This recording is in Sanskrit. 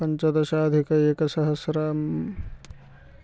पञ्चादशाधिक एकसहस्रं